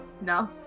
No